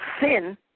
sin